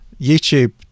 youtube